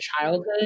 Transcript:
childhood